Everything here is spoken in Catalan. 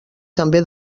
també